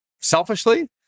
selfishly